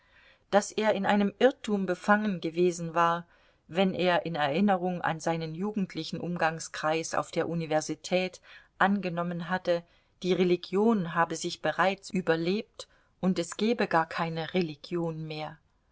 daß er in einem irrtum befangen gewesen war wenn er in erinnerung an seinen jugendlichen umgangskreis auf der universität angenommen hatte die religion habe sich bereits überlebt und es gebe gar keine religion mehr